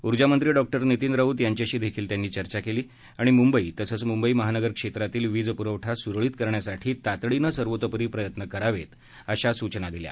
ऊर्जा मंत्री डॉ नितीन राऊत यांच्याशी देखील त्यांनी चर्चा केली आणि मुंबई तसंच मुंबई महानगर क्षेत्रातील वीज पुरवठा सुरळीत करण्यासाठी तातडीनं सर्वतोपरी प्रयत्न करावेत अशा सूचना दिल्या